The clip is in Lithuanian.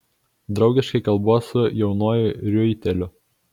draugiškai kalbuos su jaunuoju riuiteliu